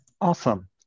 Awesome